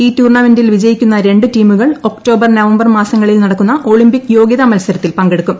ഈ ടൂർണമെന്റിലെ വിജയിക്കുന്ന രണ്ട് ടീമുകൾ ഒക്ടോബർ നവംബർ മാസങ്ങളിൽ നടക്കുന്ന ഒളിമ്പിക് യോഗ്യതാ മത്സരത്തിൽ പങ്കെടുക്കും